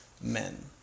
men